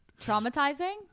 Traumatizing